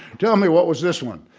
tell me what was this one?